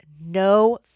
No